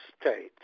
state